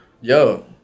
yo